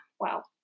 Wow